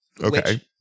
Okay